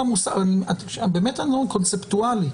קונספטואלית,